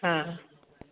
हा